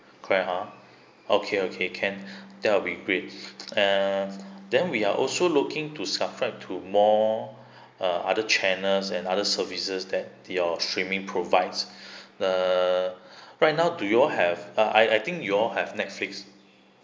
correct ah okay okay can that'll be great uh then we are also looking to subscribe to more uh other channels and other services that your streaming provides (pbb) err right now do you all have uh I I think you all have netflix